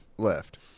left